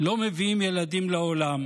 לא מביאים ילדים לעולם,